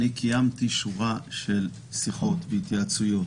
אני קיימתי שורה של שיחות והתייעצויות